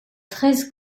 treize